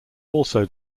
also